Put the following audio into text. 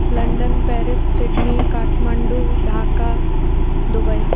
London Paris Sydney Kathmandu Dhaka Dubai